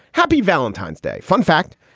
happy valentine's day. fun fact.